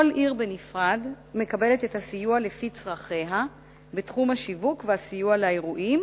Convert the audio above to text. כל עיר בנפרד מקבלת את הסיוע לפי צרכיה בתחום השיווק והסיוע לאירועים,